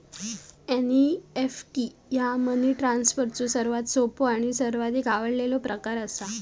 NEFT ह्या money ट्रान्सफरचो सर्वात सोपो आणि सर्वाधिक आवडलेलो प्रकार असा